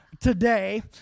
today